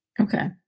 Okay